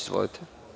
Izvolite.